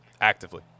Actively